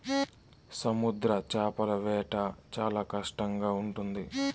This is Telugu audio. సముద్ర చేపల వేట చాలా కష్టంగా ఉంటుంది